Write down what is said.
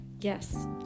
Yes